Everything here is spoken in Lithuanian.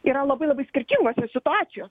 yra labai labai skirtingos situacijos